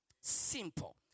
Simple